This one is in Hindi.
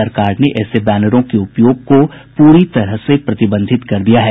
सरकार ने ऐसे बैनरों के उपयोग को पूरी तरह से प्रतिबंधित कर दिया है